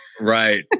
Right